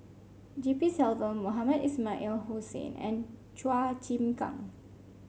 G P Selvam Mohamed Ismail Hussain and Chua Chim Kang